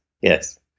yes